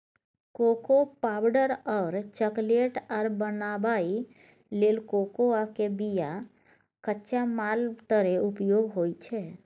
cocoa powder और chocolate आर बनाबइ लेल कोकोआ के बिया कच्चा माल तरे उपयोग होइ छइ